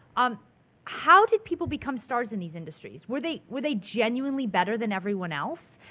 um how did people become stars in these industries? were they, were they genuinely better than everyone else?